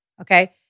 Okay